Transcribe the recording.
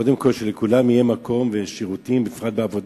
שלכולם יהיו שירותים ומקום, בפרט בעבודה.